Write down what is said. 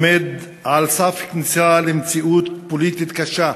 עומד על סף כניסה למציאות פוליטית קשה